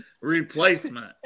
replacement